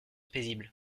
paisible